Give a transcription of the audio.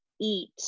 eat